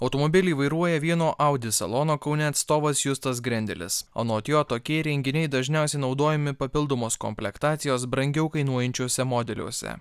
automobilį vairuoja vieno audi salono kaune atstovas justas grendelis anot jo tokie įrenginiai dažniausiai naudojami papildomos komplektacijos brangiau kainuojančiuose modeliuose